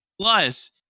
Plus